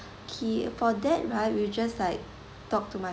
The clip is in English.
okay for that right we'll just like talk to my